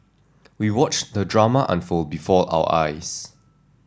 we watched the drama unfold before our eyes